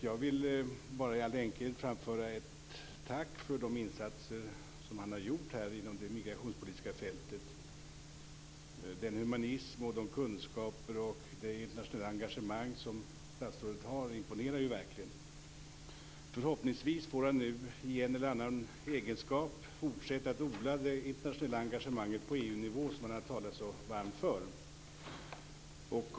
Jag vill i all enkelhet framföra ett tack för de insatser som Pierre Schori har gjort inom det migrationspolitiska fältet. Den humanism och de kunskaper och det internationella engagemang som statsrådet har imponerar verkligen. Förhoppningsvis får statsrådet nu i en eller annan egenskap fortsätta att odla det internationella engagemanget på EU-nivå som han har talat så varmt för.